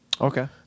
Okay